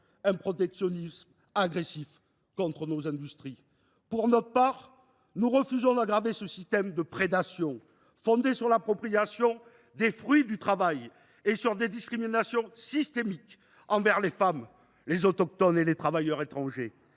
un protectionnisme agressif contre nos industries. Pour notre part, nous refusons d’aggraver ce système de prédation fondé sur l’appropriation des fruits du travail et sur des discriminations systémiques envers les femmes, les autochtones et les travailleurs étrangers.